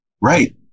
Right